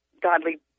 godly